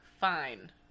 fine